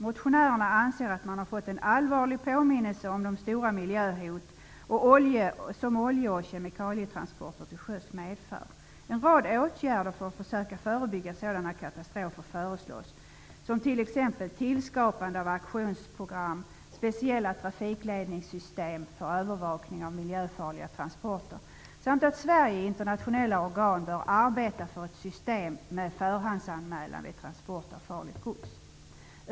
Motionärerna anser att man fått en allvarlig påminnelse om de stora miljöhot som olje och kemikalietransporter till sjöss medför. En rad åtgärder för att försöka förebygga sådana katastrofer föreslås, exempelvis tillskapande av aktionsprogram, speciella trafikledningssystem för övervakning av miljöfarliga transporter samt att Sverige i internationella organ bör arbeta för ett system med förhandsanmälan vid transport av farligt gods.